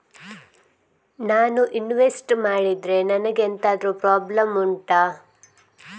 ನಾನು ಇನ್ವೆಸ್ಟ್ ಮಾಡಿದ್ರೆ ನನಗೆ ಎಂತಾದ್ರು ಪ್ರಾಬ್ಲಮ್ ಉಂಟಾ